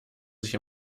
sich